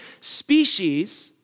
species